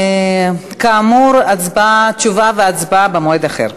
כאמור, תשובה והצבעה במועד אחר.